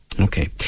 Okay